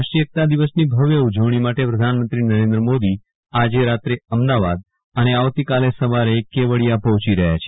રાષ્ટ્રીય એકતા દિવસની ભવ્ય ઉજવણી માટે પ્રધાનમંત્રી નરેન્દ્ર મોદી આજે રાત્રે અમદાવાદ અને કાલે સવારે કેવડીયા પહોંચી રહ્યા છે